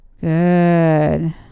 Good